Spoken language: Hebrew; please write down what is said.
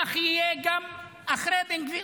כך יהיה גם אחרי בן גביר,